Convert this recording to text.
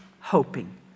hoping